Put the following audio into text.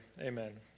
amen